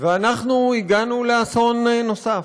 ואנחנו הגענו לאסון נוסף.